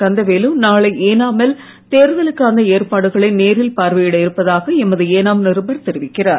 கந்தவேலு நாளை ஏனா மில் தேர்தலுக்கான ஏற்பாடுகளை நேரில் பார்வையிட இருப்பதாக எமது ஏனாம் நிருபர் தெரிவிக்கிறார்